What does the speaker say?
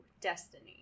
destiny